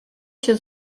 się